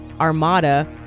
armada